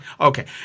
Okay